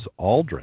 Aldrin